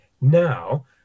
now